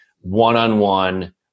one-on-one